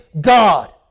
God